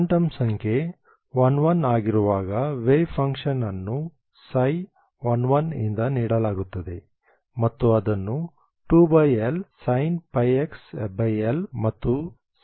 quantum ಸಂಖ್ಯೆ 1 1 ಆಗಿರುವಾಗ wave function ಅನ್ನು ψ1 1 ಇಂದ ನೀಡಲಾಗುತ್ತದೆ